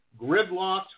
Gridlocked